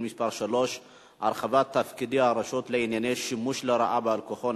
מס' 3) (הרחבת תפקידי הרשות לעניין שימוש לרעה באלכוהול),